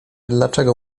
dlaczego